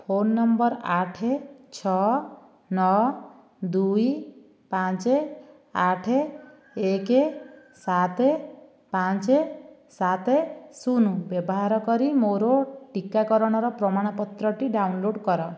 phone number ଆଠ ଛଅ ନଅ ଦୁଇ ପାଞ୍ଚ ଆଠ ଏକ ସାତ ପାଞ୍ଚ ସାତ ଶୁନ ବ୍ୟବହାର କରି ମୋର ଟିକାକରଣର ପ୍ରମାଣପତ୍ରଟି ଡାଉନଲୋଡ଼୍ କର